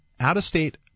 out-of-state